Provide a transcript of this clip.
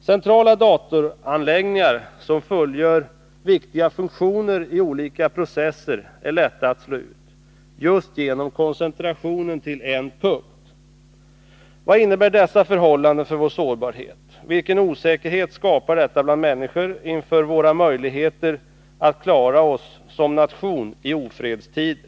Centrala datoranläggningar som fullgör viktiga funktioner i olika processer är lätta att slå ut — just genom koncentrationen till en punkt. Vad innebär dessa förhållanden för vår sårbarhet? Vilken osäkerhet skapar detta hos människor inför våra möjligheter att klara oss som nation i ofredstider?